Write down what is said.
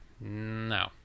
No